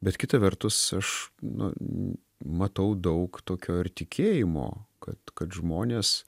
bet kita vertus aš nu matau daug tokio ir tikėjimo kad kad žmonės